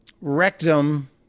rectum